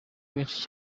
benshi